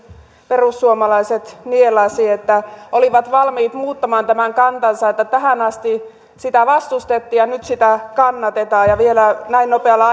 perussuomalaiset nielaisivat että olivat valmiit muuttamaan tämän kantansa että tähän asti sitä vastustettiin ja nyt sitä kannatetaan ja vielä näin nopealla